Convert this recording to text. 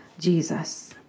Jesus